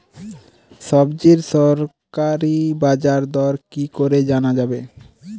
সবজির সরকারি বাজার দর কি করে জানা যাবে?